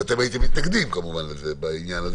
ואתם כמובן הייתם מתנגדים לזה בעניין הזה